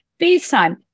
FaceTime